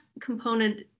component